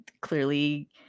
clearly